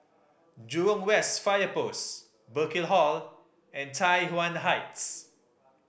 Jurong West Fire Post Burkill Hall and Tai Yuan Heights